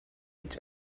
each